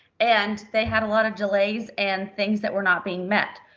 and they had a lot of delays and things that were not being met.